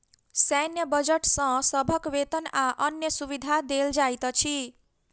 सैन्य बजट सॅ सभक वेतन आ अन्य सुविधा देल जाइत अछि